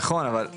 נכון, אבל.